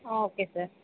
okay sir